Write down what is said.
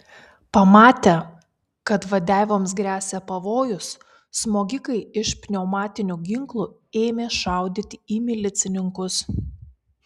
pamatę kad vadeivoms gresia pavojus smogikai iš pneumatinių ginklų ėmė šaudyti į milicininkus